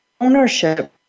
ownership